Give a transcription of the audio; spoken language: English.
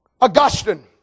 Augustine